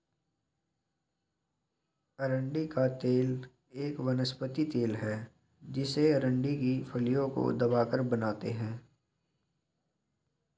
अरंडी का तेल एक वनस्पति तेल है जिसे अरंडी की फलियों को दबाकर बनाते है